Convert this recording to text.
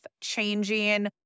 changing